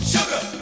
Sugar